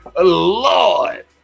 Lord